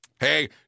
Hey